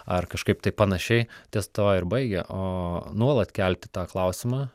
ar kažkaip taip panašiai ties tuo ir baigia o nuolat kelti tą klausimą